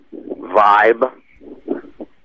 vibe